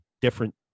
different